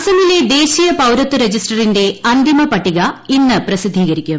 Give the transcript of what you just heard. അസമിലെ ദേശീയ പൌരത്വ രജിസ്റ്ററിന്റെ അന്തിമപട്ടിക ഇന്ന് പ്രസിദ്ധീകരിക്കും